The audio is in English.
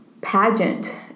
pageant